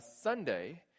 Sunday